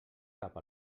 cap